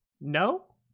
No